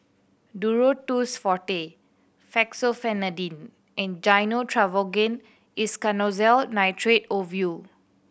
Duro Tuss Forte Fexofenadine and Gyno Travogen Isoconazole Nitrate Ovule